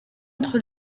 entre